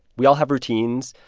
we all have routines.